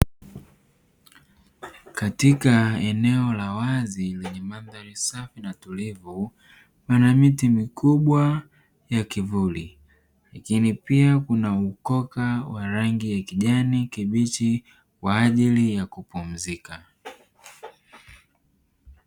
Katika eneo la wazi lenye madhari safi na tulivu pana miti mikubwa ya kivuli lakini pia kuna ukoka wa rangi ya kijani kibichi kwa ajili ya kupumzika.